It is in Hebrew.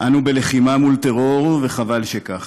אנו בלחימה מול טרור, וחבל שכך.